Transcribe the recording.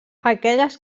aquelles